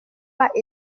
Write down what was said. pas